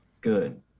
good